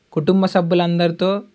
కుటుంబ సభ్యులందరితో